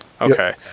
Okay